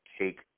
take